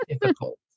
difficult